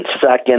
second